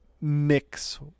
mix